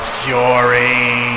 fury